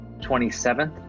27th